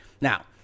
Now